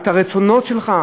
את הרצונות שלך,